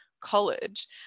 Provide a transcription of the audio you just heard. college